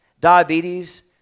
diabetes